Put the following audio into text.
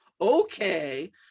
okay